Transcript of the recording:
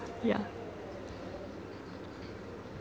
yeah